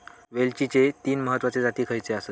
वेलचीचे तीन महत्वाचे जाती खयचे आसत?